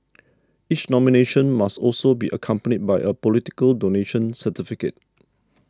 each nomination must also be accompanied by a political donation certificate